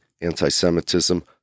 anti-Semitism